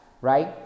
right